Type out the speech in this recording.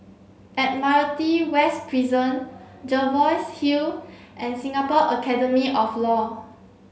Admiralty West Prison Jervois Hill and Singapore Academy of Law